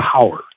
power